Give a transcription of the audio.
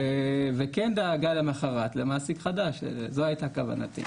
וכן דאגה למחרת למעסיק חדש, זו היתה כוונתי.